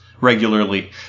regularly